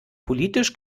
politisch